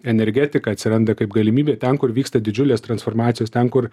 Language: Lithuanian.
energetika atsiranda kaip galimybė ten kur vyksta didžiulės transformacijos ten kur